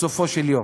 בסופו של יום,